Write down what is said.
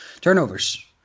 turnovers